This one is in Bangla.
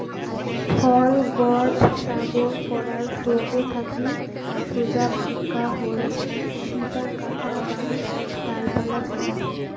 ফল গছ ডাগর করার সৌগ থাকি সোজা ভাক্কা হইল শিপা কাটা বা ডালপালা ছাঁটা